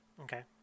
Okay